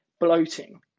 bloating